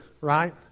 right